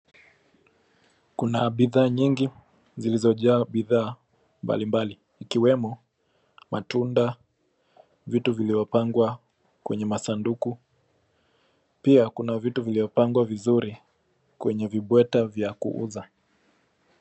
Kuna bidhaa nyingi zilizojaa bidhaa mbalimbali ikiwemo matunda, vitu vilivyopangwa kwenye masanduku. Pia kuna viti vilivyopangwa vizuri kwenye vibweta vya kuuza.